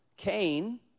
Cain